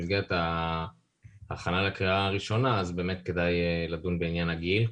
במסגרת ההכנה לקריאה הראשונה אז באמת כדאי לדון בעניין הגיל,